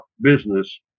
business